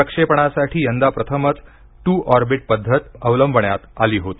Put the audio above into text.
प्रक्षेपणासाठी यंदा प्रथमच टू ऑर्बीट पद्धत अवलंबण्यात आली होती